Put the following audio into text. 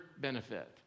benefit